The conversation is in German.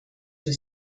für